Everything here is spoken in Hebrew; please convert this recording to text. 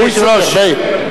הוא צודק.